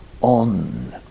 on